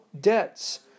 debts